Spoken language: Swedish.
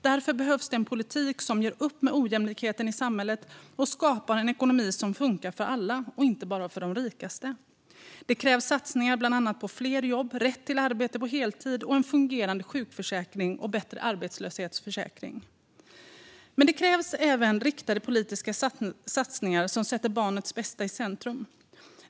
Därför behövs det en politik som gör upp med ojämlikheten i samhället och skapar en ekonomi som funkar för alla, inte bara för de rikaste. Det krävs satsningar på bland annat fler jobb, rätt till arbete på heltid och en fungerande sjukförsäkring och bättre arbetslöshetsförsäkring. Men det krävs även riktade politiska satsningar som sätter barnets bästa i centrum.